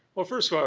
well, first of all,